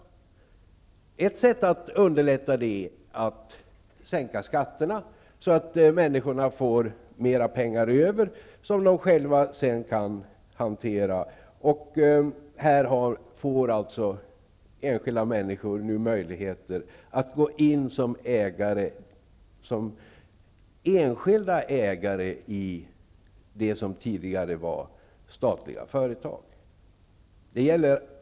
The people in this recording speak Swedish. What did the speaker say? Ett sätt att underlätta är att sänka skatterna så att människorna får mera pengar över att själva hantera. Här får enskilda människor möjlighet att gå in som enskilda ägare i det som tidigare var statliga företag.